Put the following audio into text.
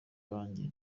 banjye